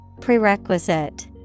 Prerequisite